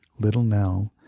little nell,